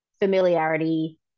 familiarity